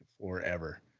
forever